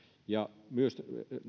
ja myös